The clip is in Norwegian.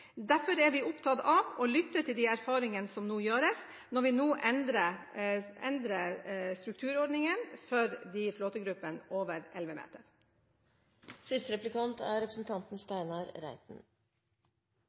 Derfor er vi opptatt av å lytte til de erfaringene som gjøres, når vi nå endrer strukturordningen for flåtegruppene over 11 meter. Når det gjelder en distriktsvennlig fiskeripolitikk, er